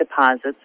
deposits